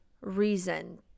reason